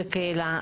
בקהילה,